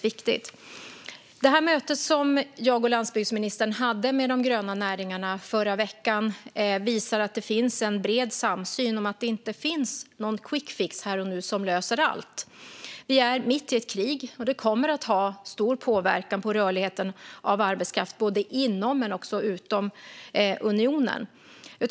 Det möte som jag och landsbygdsministern hade med de gröna näringarna förra veckan visade på en bred samsyn om att det inte finns någon quickfix här och nu som löser allt. Vi är mitt i ett krig, och det kommer att ha stor påverkan på arbetskraftens rörlighet både inom och utom unionen.